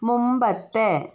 മുമ്പത്തെ